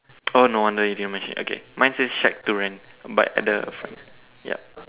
oh no wonder you didn't mention okay mine says shack to rent but at the front yup